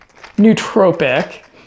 nootropic